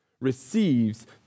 receives